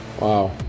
Wow